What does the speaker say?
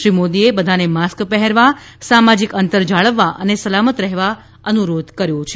શ્રી મોદીએ બધાને માસ્ક પહેરવા સામાજિક અંતર જાળવવા અને સલામત રહેવા અનુરોધ કર્યો છે